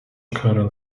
current